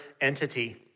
entity